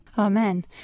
Amen